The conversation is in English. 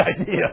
idea